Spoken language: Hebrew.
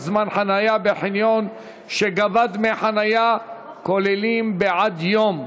זמן חניה בחניון שגבה דמי חניה כוללים בעד יום),